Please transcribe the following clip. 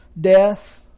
Death